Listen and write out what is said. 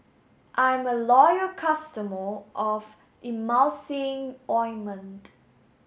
I'm a loyal customer of Emulsying ointment